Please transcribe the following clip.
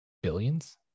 billions